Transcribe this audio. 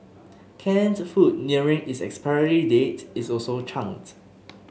canned food nearing its expiry date is also chucked